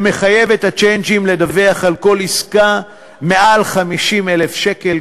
שמחייב את הצ'יינג'ים לדווח על כל עסקה מעל 50,000 שקל,